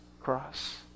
Cross